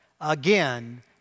again